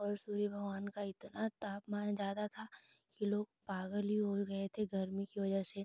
और सूर्य भगवान का इतना तापमान ज़्यादा था कि लोग पागल ही हो गए थे गर्मी की वजह से